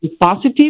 positive